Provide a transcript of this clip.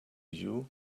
you